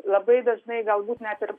labai dažnai galbūt net ir